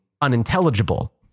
unintelligible